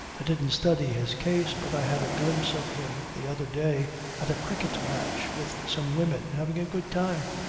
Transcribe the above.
i didn't study his case, but i had a glimpse of him the other day at a cricket match, with some women, having a good time.